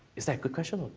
is that good question,